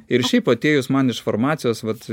ir šiaip atėjus man iš farmacijos vat